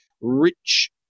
rich